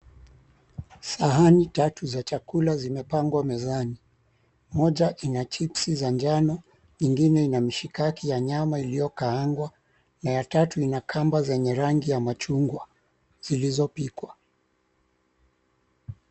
Sahani tatu za chakula zimepangwa mezani. 𝑀oja ina chipsi za njano, nyingine ina mishikaki ya nyama iliyokaangwa na ya tatu ina kamba zenye rangi ya machungwa zilizopikwa.